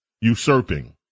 usurping